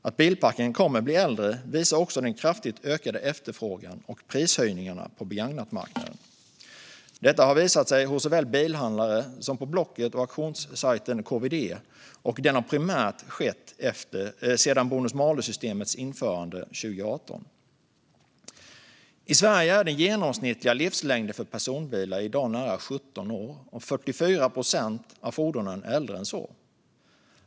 Att bilparken kommer att bli äldre visar också den kraftigt ökade efterfrågan och prisökningarna på begagnatmarknaden. Detta har visat sig såväl hos bilhandlare som på Blocket och bilauktionssajten KVD, och den har primärt skett sedan bonus-malus-systemets införande 2018. I Sverige är den genomsnittliga livslängden för personbilar i dag nära 17 år, och hela 44 procent av fordonen är äldre än så.